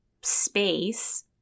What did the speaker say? space